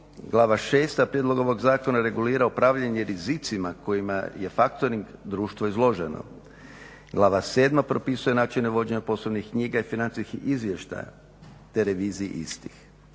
Glava VI. Prijedlog ovog zakona regulira upravljanje rizicima kojima je factoring društvo izloženo. Glava VII. propisuje načine vođenja poslovnih knjiga i financijskih izvještaja te reviziji istih.